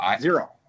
Zero